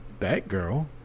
Batgirl